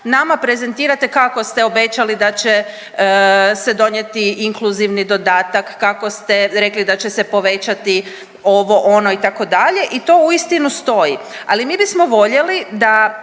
nama prezentirate kako ste obećali da će se donijeti inkluzivni dodatak, kako ste rekli da će se povećati ovo ono itd., i to uistinu stoji, ali mi bismo voljeli da